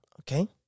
Okay